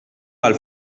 għall